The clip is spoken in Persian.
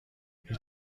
هیچ